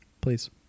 Please